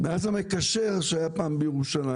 מאז "המקשר" שהיה פעם בירושלים.